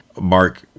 mark